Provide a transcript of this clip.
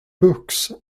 books